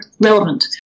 relevant